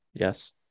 Yes